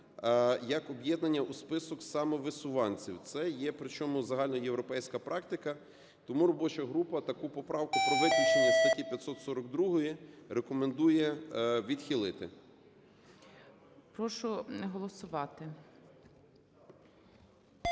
як об'єднання у список самовисуванців. Це є причому загальноєвропейська практика. Тому робоча група таку поправку про виключення статті 542 рекомендує відхилити. ГОЛОВУЮЧИЙ. Прошу голосувати.